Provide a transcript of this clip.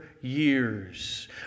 years